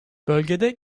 bölgede